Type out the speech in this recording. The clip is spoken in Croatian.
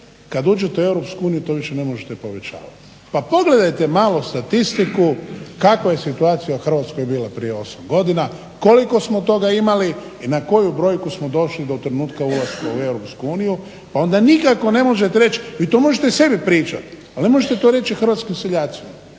kad uđete u EU to više ne možete povećavati. Pa pogledajte malo statistiku kakva je situacija u Hrvatskoj bila prije 8 godina, koliko smo toga imali i na koju brojku smo došli do trenutka ulaska u EU pa onda nikako ne možete reći i to možete sebi pričati ali ne možete to reći hrvatskim seljacima.